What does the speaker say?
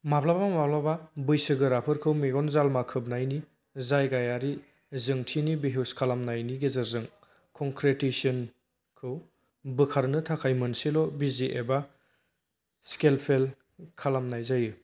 माब्लाबा माब्लाबा बैसोगोराफोरखौ मेगन जालमा खोबनायनि जायगायारि जोंथिनि बेहुस खालामनायनि गेजेरजों कंक्रीटेशनखौ बोखारनो थाखाय मोनसेल' बिजि एबा स्केलपेल खालामनाय जायो